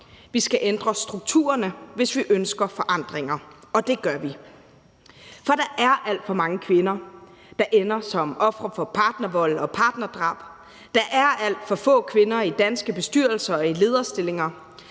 Vi skal ændre strukturerne, hvis vi ønsker forandringer. Og det gør vi. For der er alt for mange kvinder, der ender som ofre for partnervold og partnerdrab. Der er alt for få kvinder i danske bestyrelser og i lederstillinger.